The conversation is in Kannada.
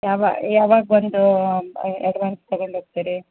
ಯಾವ ಯಾವಾಗ ಬಂದು ಎಡ್ವಾನ್ಸ್ ತಗೊಂಡು ಹೋಗ್ತೀರಿ